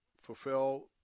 fulfill